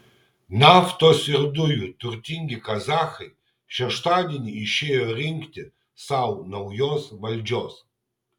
naftos ir dujų turtingi kazachai šeštadienį išėjo rinkti sau naujos valdžios